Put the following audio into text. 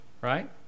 Right